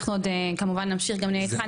אנחנו עוד כמובן נמשיך ונהיה איתך.